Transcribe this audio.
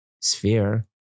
sphere